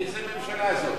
איזו ממשלה זו?